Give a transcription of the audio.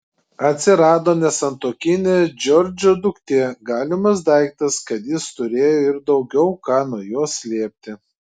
atsirado nesantuokinė džordžo duktė galimas daiktas kad jis turėjo ir daugiau ką nuo jos slėpti